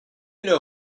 know